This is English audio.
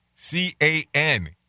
C-A-N